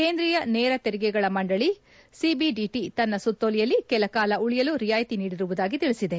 ಕೇಂದ್ರೀಯ ನೇರ ತೆರಿಗೆಗಳ ಮಂಡಳ ಸಿಬಿಡಿಟ ತನ್ನ ಸುತ್ತೋಲೆಯಲ್ಲಿ ಕೆಲ ಕಾಲ ಉಳಿಯಲು ರಿಯಾಯಿತಿ ನೀಡಿರುವುದಾಗಿ ತಿಳಿಸಿದೆ